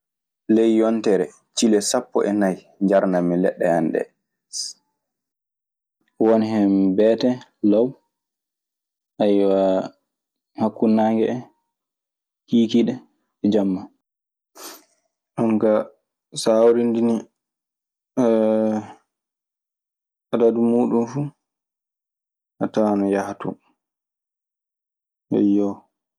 Ley ƴontere cille sapo e nayi jiarnamni lede am ɗe. Won hen beetee law, hakkunde naange en, kiikiiɗe e jamma. An ka so renndidini adadu mun fuu, a tawan ana yaha toon, eyyo.